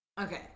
Okay